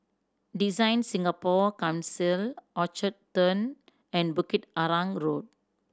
DesignSingapore Council Orchard Turn and Bukit Arang Road